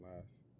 last